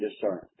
discerned